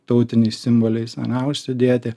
tautiniais simboliais ane užsidėti